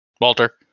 Walter